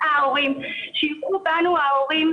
היות שיש לו אילוץ זמנים.